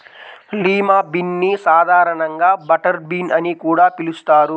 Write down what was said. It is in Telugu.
లిమా బీన్ ని సాధారణంగా బటర్ బీన్ అని కూడా పిలుస్తారు